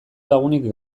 lagunik